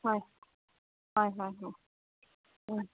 ꯍꯣꯏ ꯍꯣꯏ ꯍꯣꯏ ꯍꯣꯏ ꯎꯝ